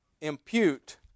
impute